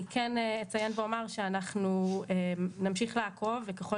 אני כן אציין ואומר שאנחנו נמשיך לעקוב וככל